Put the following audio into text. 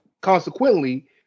consequently